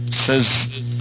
says